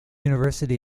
university